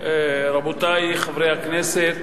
רבותי חברי הכנסת,